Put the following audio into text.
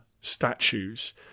statues